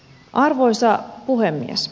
arvoisa puhemies